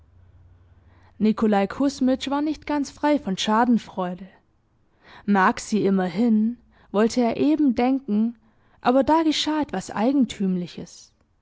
nikolaj kusmitsch war nicht ganz frei von schadenfreude mag sie immerhin wollte er eben denken aber da geschah etwas eigentümliches